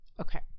Okay